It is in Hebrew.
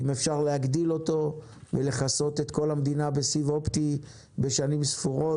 אם אפשר להגדיל אותו ולכסות את כל המדינה בסיב אופטי בשנים ספורות,